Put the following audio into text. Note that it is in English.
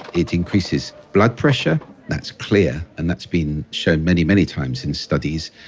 it increases blood pressure. that's clear, and that's been shown many, many times in studies.